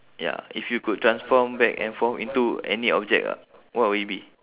ya if you could transform back and forth into any object ah what would it be